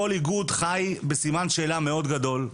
כל איגוד חי עם סימן שאלה מאוד גדול,